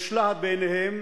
יש להט בעיניהם